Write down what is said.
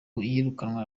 iyirukanwa